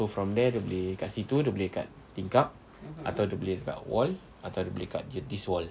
so from there dia boleh kat situ dia boleh kat tingkap atau dia boleh dekat wall atau dia boleh dekat this wall